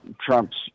Trump's